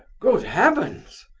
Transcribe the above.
good heavens!